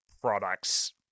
products